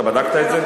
אתה בדקת את זה?